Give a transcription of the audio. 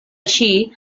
així